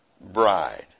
bride